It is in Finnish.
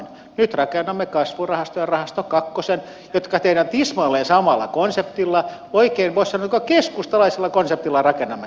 nyt rakennamme kasvurahastojen rahasto iin joka tehdään tismalleen samalla konseptilla oikein voisi sanoa jopa keskustalaisella konseptilla rakennamme tämän